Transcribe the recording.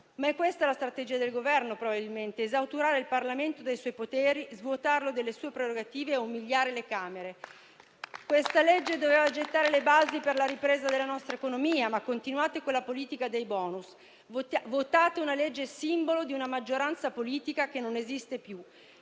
questa la strategia del Governo: esautorare il Parlamento dei suoi poteri, svuotarlo delle sue prerogative e umiliare le Camere. Questa legge avrebbe dovuto gettare le basi per la ripresa della nostra economia, ma continuate con la politica dei *bonus*. Votate una legge simbolo di una maggioranza politica, che non esiste più.